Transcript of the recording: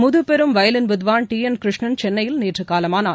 முதுபெரும் வயலின் வித்வான் T N Krishnan சென்னையில் நேற்று காலமானார்